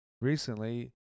recently